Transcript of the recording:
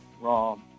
raw